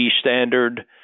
standard